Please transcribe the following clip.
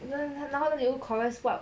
那个 new chorus [what]